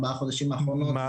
ארבעה חודשים האחרונים,